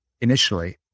initially